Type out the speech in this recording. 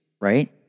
right